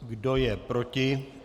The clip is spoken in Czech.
Kdo je proti?